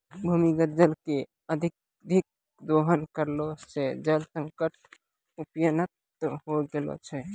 भूमीगत जल के अत्यधिक दोहन करला सें जल संकट उत्पन्न होय गेलो छै